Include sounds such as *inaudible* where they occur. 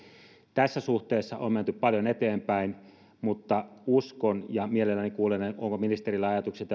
tässä suhteessa on menty paljon eteenpäin mutta mielelläni kuulen onko ministerillä ajatuksia *unintelligible*